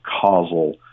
causal